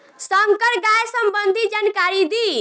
संकर गाय संबंधी जानकारी दी?